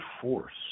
force